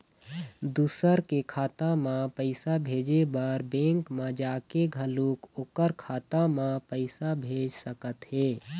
दूसर के खाता म पइसा भेजे बर बेंक म जाके घलोक ओखर खाता म पइसा भेज सकत हे